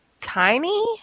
tiny